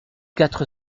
quatre